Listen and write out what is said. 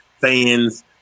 fans